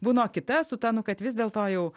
būna o kita su ta nu kad vis dėlto jau